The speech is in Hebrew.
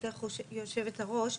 ברשותך יושבת-הראש,